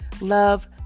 love